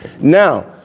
Now